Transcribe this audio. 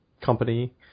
company